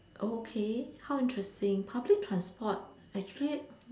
oh okay how interesting public transport actually